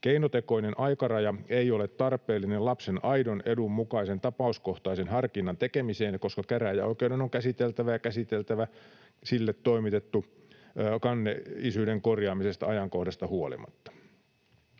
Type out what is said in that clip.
Keinotekoinen aikaraja ei ole tarpeellinen lapsen aidon edun mukaisen tapauskohtaisen harkinnan tekemiseen, koska käräjäoikeuden on käsiteltävä sille toimitettu kanne isyyden korjaamisesta ajankohdasta huolimatta.